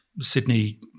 Sydney